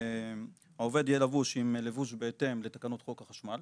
העובד יהיה לבוש עם לבוש בהתאם לתקנות חוק החשמל,